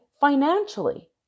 financially